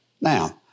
Now